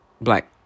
black